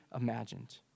imagined